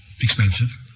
expensive